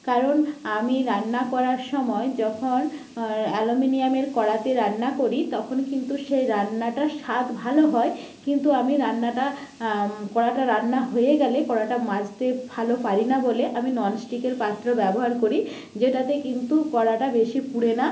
কারণ আমি রান্না করার সময় যখন অ্যালুমিনিয়ামের কড়াতে রান্না করি তখন কিন্তু সে রান্নাটার স্বাদ ভালো হয় কিন্তু আমি রান্নাটা কড়াটা রান্না হয়ে গেলে কড়াটা মাজতে ভালো পারি না বলে আমি ননস্টিকের পাত্র ব্যবহার করি যেটাতে কিন্তু কড়াটা বেশি পুড়ে না